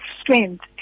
strength